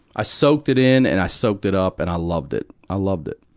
i soaked it in, and i soaked it up, and i loved it. i loved it.